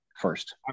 first